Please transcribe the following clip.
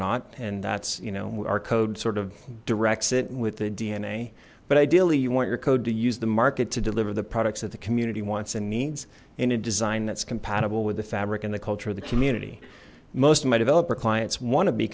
not and that's you know our code sort of directs it with the dna but ideally you want your code to use the market to deliver the products that the community wants and needs in a design that's compatible with the fabric and the culture of the community most of my developer clients want to be